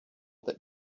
that